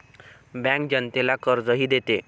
bank जनतेला कर्जही देते